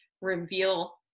reveal